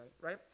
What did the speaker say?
right